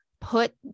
put